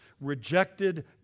rejected